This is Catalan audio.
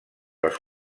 els